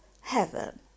heaven